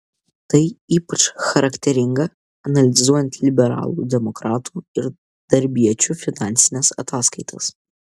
tai ypač charakteringa analizuojant liberalų demokratų ir darbiečių finansines ataskaitas